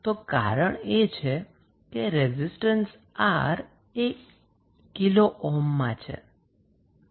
તો કારણ એ છે કે રેઝિસ્ટન્સ R એ કિલો ઓહ્મમાં છે